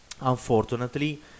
Unfortunately